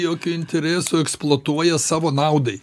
jokio intereso eksploatuoja savo naudai